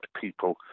people